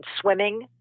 swimming